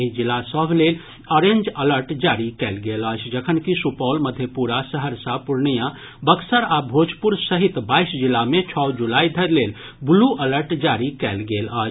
एहि जिला सभ लेल ऑरेंज अलर्ट जारी कयल गेल अछि जखनकि सुपौल मधेपुरा सहरसा पूर्णिया बक्सर आ भोजपुर सहित बाईस जिला मे छओ जुलाई धरि लेल ब्लू अलर्ट जारी कयल गेल अछि